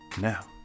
Now